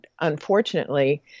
unfortunately